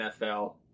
NFL